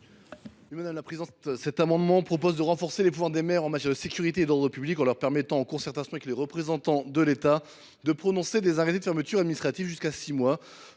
à M. Joshua Hochart. Cet amendement vise à renforcer les pouvoirs des maires en matière de sécurité et d’ordre public, en leur permettant, en concertation avec les représentants de l’État, de prononcer des arrêtés de fermeture administrative d’une durée